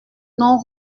non